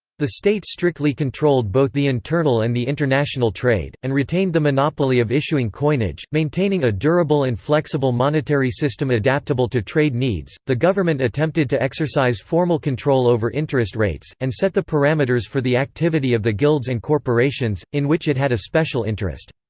the state strictly controlled both the internal and the international trade, and retained the monopoly of issuing coinage, maintaining a durable and flexible monetary system adaptable to trade needs the government attempted to exercise formal control over interest rates, and set the parameters for the activity of the guilds and corporations, in which it had a special interest.